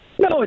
No